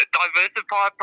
diversify